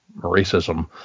racism